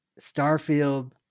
Starfield